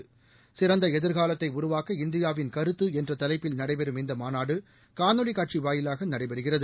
சிறந்தஎதிர்காலத்தைஉருவாக்க இந்தியாவின் கருத்து என்றதவைப்பில் நடைபெறும் இந்தமாநாடுகாணொலிகாட்சிவாயிலாகநடைபெறுகிறது